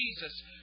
Jesus